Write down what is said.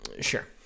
Sure